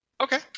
Okay